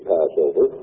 Passover